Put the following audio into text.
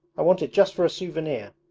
i want it just for a souvenir